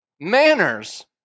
manners